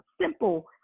simple